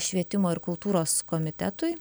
švietimo ir kultūros komitetui